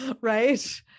right